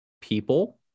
people